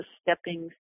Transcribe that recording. stepping